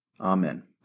Amen